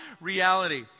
reality